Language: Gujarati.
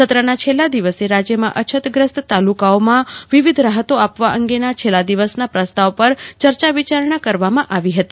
સત્રના છેલ્લા દિવસે રાજ્યમાં અછતગ્રસ્ત તાલુકાઓમાં વિવિધ રાહતો આપવા અંગેના છેલ્લા દિવસના પ્રસ્તાવ પર ચર્ચા વિચારણા કરવામાં આવી હતી